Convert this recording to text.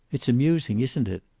it's amusing, isn't it?